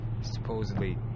supposedly